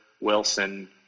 Wilson